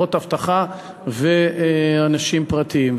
חברות אבטחה ואנשים פרטיים.